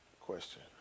Question